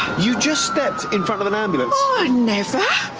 you just stepped in front of an ambulance. oh, i never!